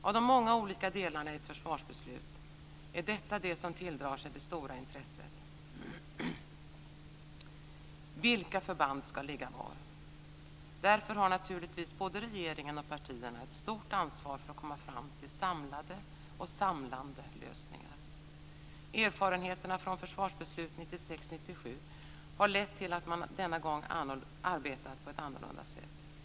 Av de många olika delarna i försvarsbeslutet är detta det som tilldrar sig det stora intresset. Vilka förband ska ligga var? Därför har naturligtvis både regeringen och partierna ett stort ansvar för att komma fram till samlade och samlande lösningar. Erfarenheterna från försvarsbeslutet 1996/97 har lett till att man denna gång har arbetat på ett annorlunda sätt.